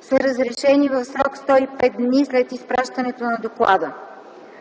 са разрешени в срок 105 дни след изпращането на доклада.